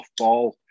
softball